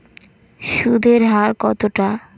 সুদের হার কতটা?